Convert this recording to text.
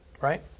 right